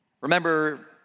Remember